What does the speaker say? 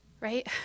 Right